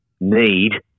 need